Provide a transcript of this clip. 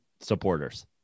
supporters